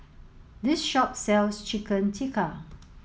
this shop sells Chicken Tikka